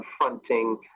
confronting